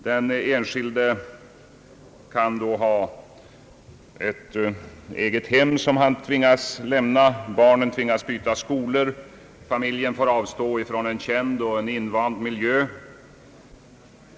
Den enskilde kan ha ett eget hem som han måste lämna vid flyttning till den nya anställningsorten, barnen tvingas byta skolor, familjen får avstå från en känd och invand miljö.